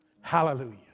Hallelujah